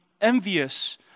envious